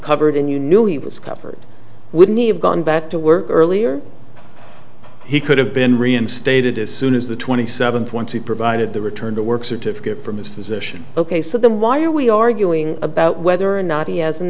covered and you knew he was covered would need gone back to work earlier he could have been reinstated as soon as the twenty seventh once he provided the return to work certificate from his physician ok so then why are we arguing about whether or not he has an